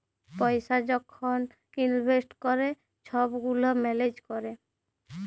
পইসা যখল ইলভেস্ট ক্যরে ছব গুলা ম্যালেজ ক্যরে